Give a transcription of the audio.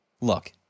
look